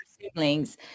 siblings